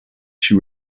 she